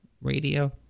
radio